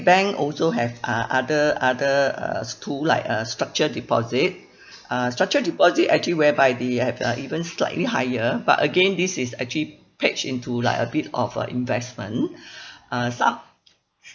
bank also have uh other other uh s~ tool like a structured deposit uh structured deposit actually whereby the have a even slightly higher but again this is actually patched into like a bit of a investment uh some